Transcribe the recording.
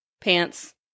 pants